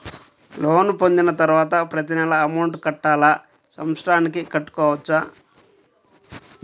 Loan పొందిన తరువాత ప్రతి నెల అమౌంట్ కట్టాలా? సంవత్సరానికి కట్టుకోవచ్చా?